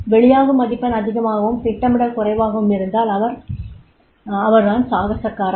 வெளியாகும் மதிப்பெண் அதிகமாகவும் திட்டமிடல் குறைவாகவும் இருந்தால் அவர் தான் சாகசக்காரர்